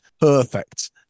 perfect